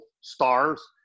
stars